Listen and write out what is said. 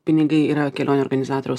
pinigai yra kelionių organizatoriaus